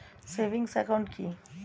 Savings account কি?